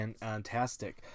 fantastic